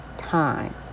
Time